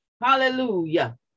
Hallelujah